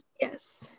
Yes